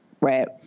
right